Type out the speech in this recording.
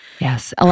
Yes